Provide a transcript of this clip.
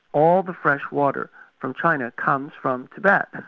all the fresh water from china comes from tibet.